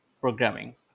programming